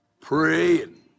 praying